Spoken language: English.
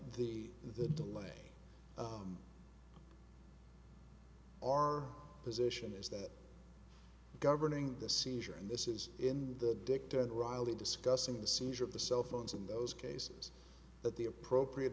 the the delay our position is that governing the seizure and this is in the dicta and riley discussing the seizure of the cell phones in those cases that the appropriate